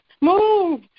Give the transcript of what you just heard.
move